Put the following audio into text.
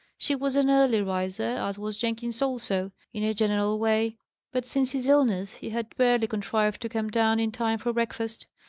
she was an early riser as was jenkins also, in a general way but since his illness, he had barely contrived to come down in time for breakfast.